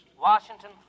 Washington